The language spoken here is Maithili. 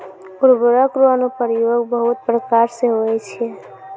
उर्वरक रो अनुप्रयोग बहुत प्रकार से होय छै